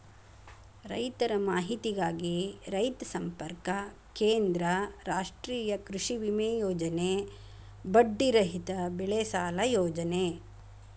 ರೈತರ ಮಾಹಿತಿಗಾಗಿ ರೈತ ಸಂಪರ್ಕ ಕೇಂದ್ರ, ರಾಷ್ಟ್ರೇಯ ಕೃಷಿವಿಮೆ ಯೋಜನೆ, ಬಡ್ಡಿ ರಹಿತ ಬೆಳೆಸಾಲ ಯೋಜನೆ